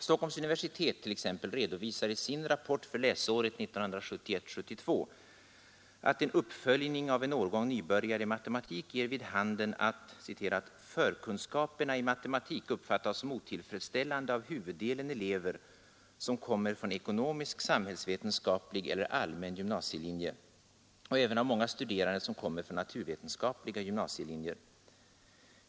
Stockholms universitet t.ex. redovisar i sin rapport avseende läsåret 1971/72 att en uppföljning av en årgång nybörjare i matematik ger vid handen att ”förkunskaperna i matematik uppfattas som otillfredsställande av huvuddelen elever som kommer från ekonomisk, samhällsvetenskaplig eller allmän gymnasielinje och även av många studerande som kommer från naturvetenskapliga gymnasielinjer”.